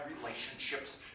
relationships